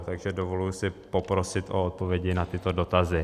Takže dovoluji si poprosit o odpovědi na tyto dotazy.